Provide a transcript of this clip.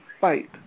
fight